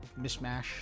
mishmash